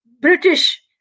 British